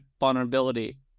vulnerability